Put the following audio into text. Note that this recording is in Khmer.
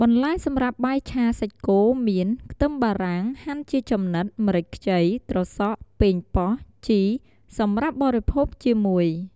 បន្លែសម្រាប់បាយឆាសាច់គោមាន ខ្ទឹមបារាំង ហាន់ជាចំណិត ម្រេចខ្ចី ត្រសក់ ប៉េងប៉ោះ ជីរ (សម្រាប់បរិភោគជាមួយ)។